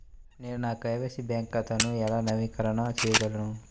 నేను నా KYC bank ఖాతాను ఎలా నవీకరణ చేయగలను?